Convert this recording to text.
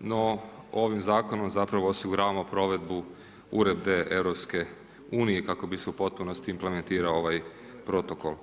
no ovim zakonom zapravo osiguravamo provedbu uredbe europske unije, kako bi se u potpunosti implementirao ovaj protokol.